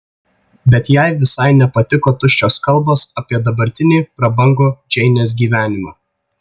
bet jai visai nepatiko tuščios kalbos apie dabartinį prabangų džeinės gyvenimą